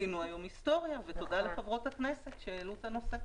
תודה לחברות הכנסת שהעלו את הנושא.